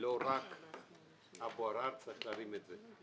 ולא רק אבו עראר צריך להרים אותו.